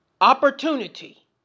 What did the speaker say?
opportunity